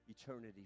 eternity